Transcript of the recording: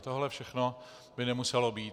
Tohle všechno by nemuselo být.